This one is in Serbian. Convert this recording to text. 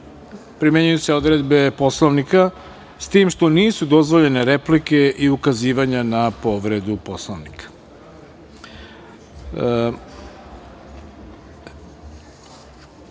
primenjuju se odredbe Poslovnika, s tim što nisu dozvoljene replike i ukazivanja na povredu